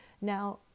Now